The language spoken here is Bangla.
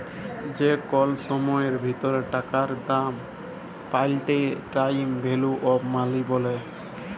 যে কল সময়ের ভিতরে টাকার দাম পাল্টাইলে টাইম ভ্যালু অফ মনি ব্যলে